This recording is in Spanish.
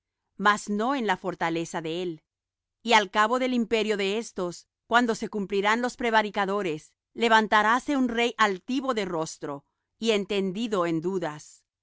mas no en la fortaleza de él y al cabo del imperio de éstos cuando se cumplirán los prevaricadores levantaráse un rey altivo de rostro y entendido en dudas